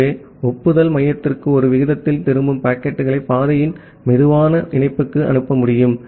ஆகவே ஒப்புதல் மையத்திற்கு ஒரு விகிதத்தில் திரும்பும் பாக்கெட்டுகளை பாதையின் சுலோ இணைப்புக்கு அனுப்ப முடியும்